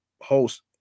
host